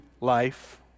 life